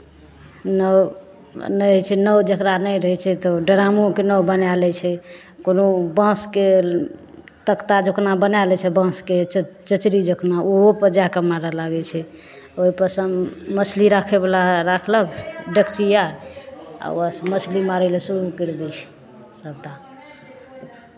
नाओ नहि होइ छै नाओ जकरा नहि रहै छै तऽ ओ ड्रामोके नाओ बना लै छै कोनो बाँसके तख्ता जकना बना लै छै बाँसके च चचरी जकना ओहोपर जा कऽ मारय लागै छै ओहिपर सँ मछली राखयवला राखलक डेकची आर आ ओहिसँ मछली मारय लेल शुरू करि दै छै सभ टा